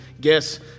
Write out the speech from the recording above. guess